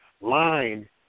line